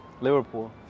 Liverpool